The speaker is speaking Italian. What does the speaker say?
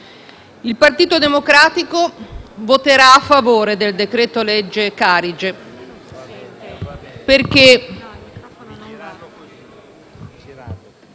il Partito Democratico voterà a favore del decreto-legge Carige, perché